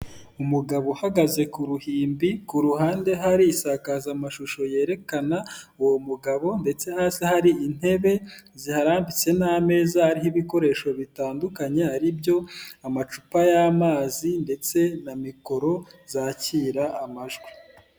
Umugabo uhagaze ku ruhimbi, ku ruhande hari isakazamashusho yerekana uwo mugabo, ndetse hasi hari intebe ziharambitse, n'ameza hariho ibikoresho bitandukanye, ari byo amacupa y'amazi ndetse na mikoro zakira amajwi.